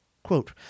Quote